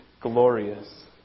glorious